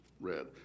red